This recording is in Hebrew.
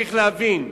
צריך להבין,